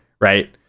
right